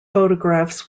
photographs